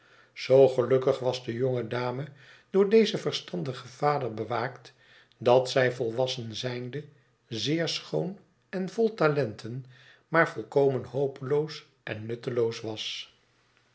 zoo gelukkig was de jonge dame door dezen verstandigen vader bewaakt dat zij volwassen zijnde zeer schoon en vol talenten maar volkomen hopeloos en nutteloos was